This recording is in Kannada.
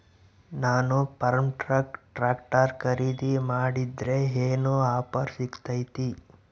ನಾನು ಫರ್ಮ್ಟ್ರಾಕ್ ಟ್ರಾಕ್ಟರ್ ಖರೇದಿ ಮಾಡಿದ್ರೆ ಏನು ಆಫರ್ ಸಿಗ್ತೈತಿ?